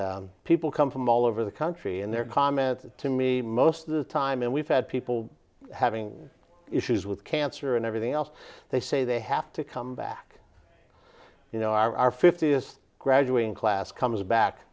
people come from all over the country and their comments to me most of the time and we've had people having issues with cancer and everything else they say they have to come back you know our our fiftieth graduating class comes back